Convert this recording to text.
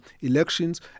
elections